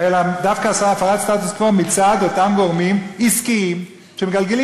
אלא דווקא הפרת הסטטוס-קוו מצד אותם גורמים עסקיים שמגלגלים